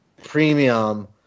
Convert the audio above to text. Premium